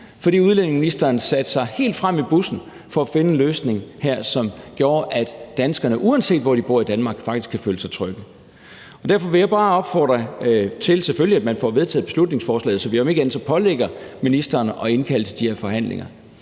og udlændingeministeren, for han satte sig helt frem i bussen for at finde en løsning, som gjorde, at danskerne, uanset hvor de bor i Danmark, faktisk kunne føle sig trygge. Derfor vil jeg bare opfordre til, at man selvfølgelig får vedtaget beslutningsforslaget, så vi om ikke andet pålægger ministeren at indkalde til de forhandlinger,